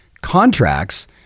contracts